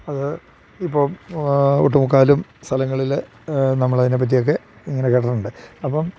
അത് ഇപ്പോൾ ഒട്ടുമുക്കാലും സ്ഥലങ്ങളിൽ നമ്മൾ അതിനെ പറ്റിയൊക്കെ ഇങ്ങനെ കേട്ടിട്ടുണ്ട് അപ്പം